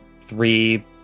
three